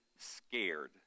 scared